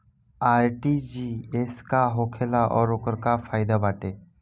RTGS का होखेला और ओकर का फाइदा बाटे?